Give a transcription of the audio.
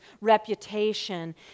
reputation